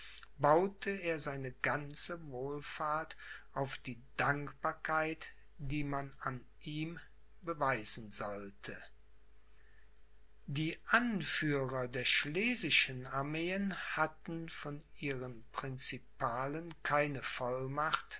baute er seine ganze wohlfahrt auf die dankbarkeit die man an ihm beweisen sollte die anführer der schlesischen armeen hatten von ihren principalen keine